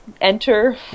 Enter